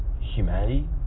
humanity